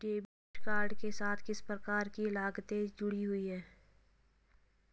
Debit card के साथ किस प्रकार की लागतें जुड़ी हुई हैं?